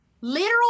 literal